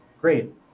great